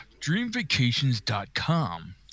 dreamvacations.com